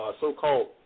so-called